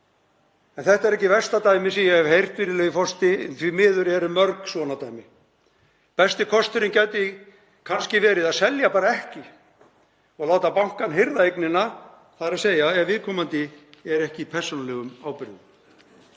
Þetta er ekki versta dæmið sem ég hef heyrt, virðulegi forseti. Því miður eru mörg svona dæmi. Besti kosturinn gæti kannski verið að bara selja ekki og láta bankann hirða eignina, þ.e. ef viðkomandi er ekki í persónulegum ábyrgðum.